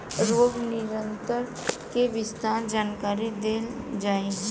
रोग नियंत्रण के विस्तार जानकरी देल जाई?